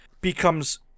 becomes